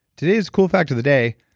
today's cool fact of the day